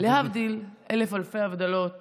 להבדיל אלף אלפי הבדלות